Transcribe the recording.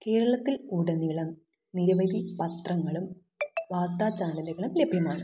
കേരളത്തിൽ ഉടനീളം നിരവധി പത്രങ്ങളും വാർത്താ ചാനലുകളും ലഭ്യമാണ്